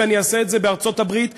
ואני אעשה את זה בארצות-הברית ובסין,